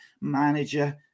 manager